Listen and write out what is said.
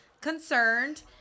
concerned